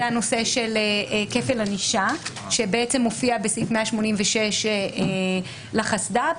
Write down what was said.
הנושא של כפל ענישה שמופיע בסעיף 186 לחסד"פ.